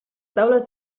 taules